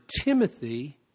Timothy